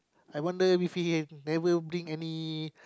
I wonder if he have never bring any